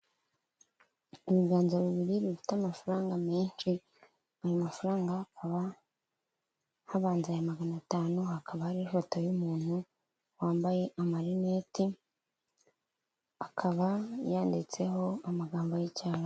Ibiganza bibiri bifite amafaranga menshi, ayo mafaranga akaba habanza aya magana atanu, hakaba hariho ifoto y'umuntu wambaye amarinete, akaba yanditseho amagambo y'Icyarabu.